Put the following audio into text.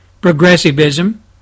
progressivism